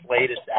latest